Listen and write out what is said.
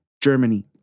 Germany